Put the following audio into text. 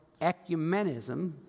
ecumenism